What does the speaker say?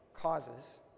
causes